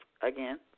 again